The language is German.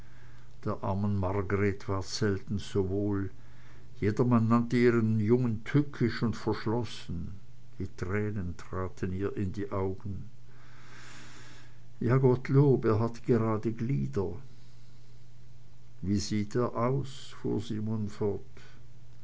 der armen margreth ward selten so wohl jedermann nannte ihren jungen tückisch und verschlossen die tränen traten ihr in die augen ja gottlob er hat gerade glieder wie sieht er aus fuhr simon fort